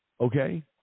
okay